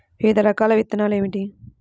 వివిధ రకాల విత్తనాలు ఏమిటి?